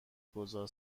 گذار